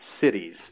cities